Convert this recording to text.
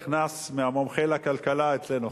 נכנס מומחה לכלכלה אצלנו,